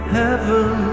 heaven